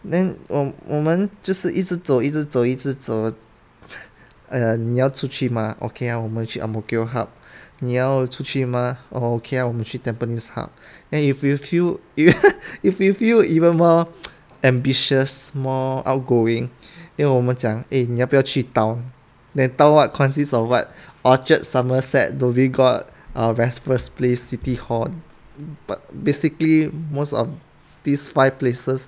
then 我我们就是一直走一直走一直走你要出去 mah okay 我们去 ang mo kio hub 你要出去吗 uh okay 我们去 tampines hub and if you feel you if you feel even more ambitious more outgoing then 我们讲 eh 你要不要去 town then town what consists of what orchard somerset dhoby ghaut uh raffles place city hall but basically most of these five places